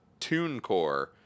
TuneCore